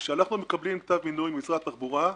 כשאנחנו מקבלים כתב מינוי ממשרד התחבורה,